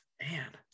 man